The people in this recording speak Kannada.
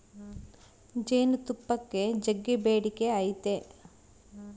ಜೇನುತುಪ್ಪಕ್ಕ ಜಗ್ಗಿ ಬೇಡಿಕೆ ಐತೆ